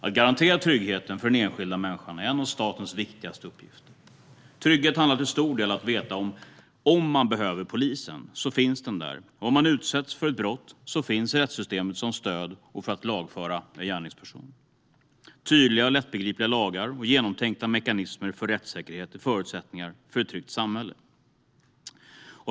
Att garantera tryggheten för den enskilda människan är en av statens viktigaste uppgifter. Trygghet handlar till stor del om att veta att om man behöver polisen så finns den där, och om man utsätts för ett brott finns rättssystemet som stöd och för att lagföra gärningspersonen. Tydliga och lättbegripliga lagar och genomtänkta mekanismer för rättssäkerhet är förutsättningar för ett tryggt samhälle.